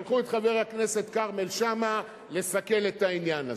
שלחו את חבר הכנסת כרמל שאמה לסכל את העניין הזה.